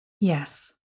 Yes